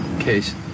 case